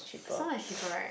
so much cheaper right